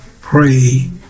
pray